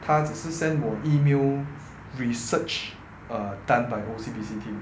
他只是 send 我 email research err done by O_C_B_C team